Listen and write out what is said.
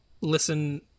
listen